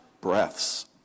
breaths